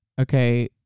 okay